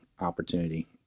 opportunity